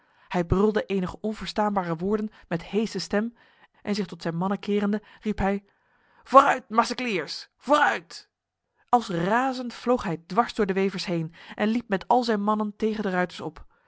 hij brulde enige onverstaanbare woorden met hese stem en zich tot zijn mannen kerende riep hij vooruit macecliers vooruit als razend vloog hij dwars door de wevers heen en liep met al zijn mannen tegen de ruiters op